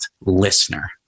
listener